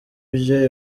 byo